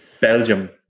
Belgium